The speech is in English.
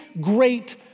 great